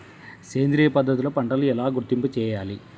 సేంద్రియ పద్ధతిలో పంటలు ఎలా గుర్తింపు చేయాలి?